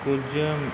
ਕੁਝ